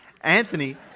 Anthony